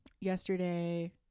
yesterday